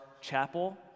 chapel